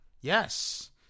Yes